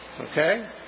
Okay